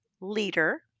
leader